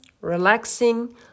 relaxing